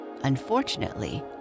Unfortunately